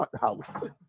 house